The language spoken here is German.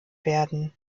werden